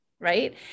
Right